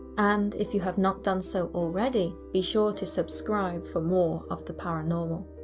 and if you have not done so already, be sure to subscribe for more of the paranormal!